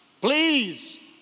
Please